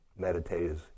meditators